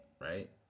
right